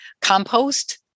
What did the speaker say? compost